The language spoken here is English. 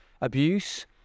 abuse